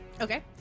Okay